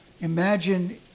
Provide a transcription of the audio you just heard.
Imagine